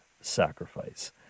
sacrifice